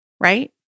Right